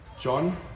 John